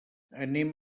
anem